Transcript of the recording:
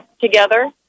together